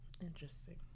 Interesting